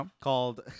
called